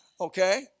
okay